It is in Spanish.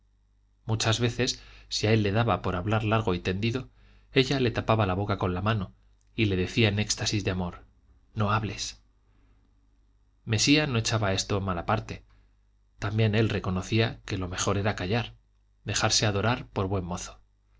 muchas veces si a él le daba por hablar largo y tendido ella le tapaba la boca con la mano y le decía en éxtasis de amor no hables mesía no echaba esto a mala parte también él reconocía que lo mejor era callar dejarse adorar por buen mozo